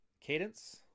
cadence